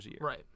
Right